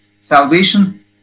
Salvation